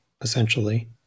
essentially